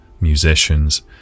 musicians